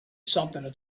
something